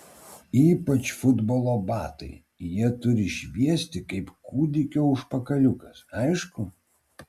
ypač futbolo batai jie turi šviesti kaip kūdikio užpakaliukas aišku